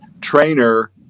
trainer